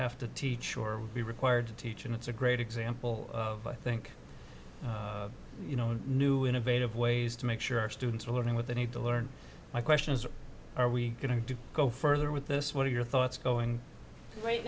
have to teach or be required to teach and it's a great example think you know new innovative ways to make sure our students are learning what they need to learn my question is are we going to go further with this what are your thoughts going right